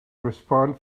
respond